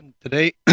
today